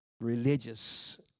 religious